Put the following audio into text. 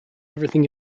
everything